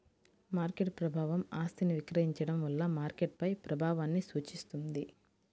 market ప్రభావం ఆస్తిని విక్రయించడం వల్ల మార్కెట్పై ప్రభావాన్ని సూచిస్తుంది